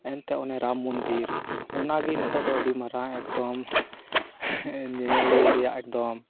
ᱮᱱᱛᱮ ᱚᱱᱮ ᱨᱟᱢ ᱢᱚᱱᱫᱤᱨ ᱚᱱᱟᱜᱮ ᱱᱤᱛᱚᱜ ᱫᱚ ᱟᱹᱰᱤ ᱢᱟᱨᱟᱝ ᱮᱠᱫᱚᱢ ᱧᱮᱧᱮᱞᱤᱭᱟᱹ ᱨᱮᱱᱟᱜ ᱮᱠᱫᱚᱢ